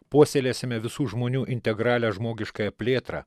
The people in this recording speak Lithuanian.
puoselėsime visų žmonių integralią žmogiškąją plėtrą